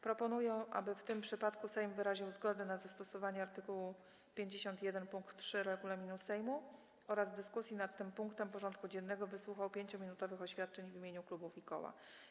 Proponuję, aby w tym przypadku Sejm wyraził zgodę na zastosowanie art. 51 pkt 3 regulaminu Sejmu oraz w dyskusji nad tym punktem porządku dziennego wysłuchał 5-minutowych oświadczeń w imieniu klubów i koła.